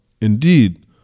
indeed